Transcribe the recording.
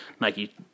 Nike